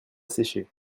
sécher